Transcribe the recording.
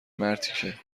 مرتیکه